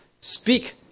speak